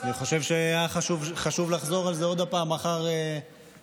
אני חושב שהיה חשוב לחזור על זה עוד הפעם מחר במליאה,